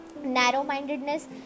narrow-mindedness